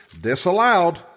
disallowed